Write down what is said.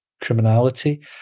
criminality